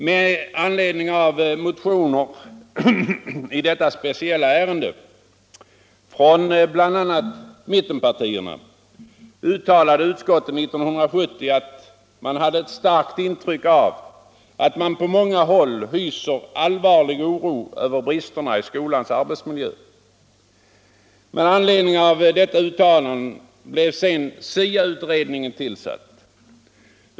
Med anledning av motioner i detta speciella ärende, bl.a. från mittenpartierna, uttalade statsutskottet 1970, att utskottet hade ”ett starkt intryck av att man på många håll hyser allvarlig oro över brister i skolans arbetsmiljö”. På grund av detta uttalande blev SIA-utredningen tillsatt.